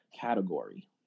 category